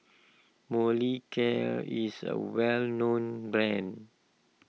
Molicare is a well known brand